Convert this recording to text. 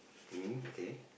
mm okay